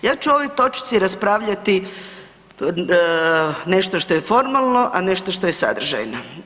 Ja ću o ovoj točci raspravljati nešto što je formalno, a nešto što je sadržajno.